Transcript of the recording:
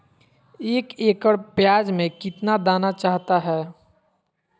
एक एकड़ प्याज में कितना दाना चाहता है?